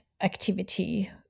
activity